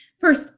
first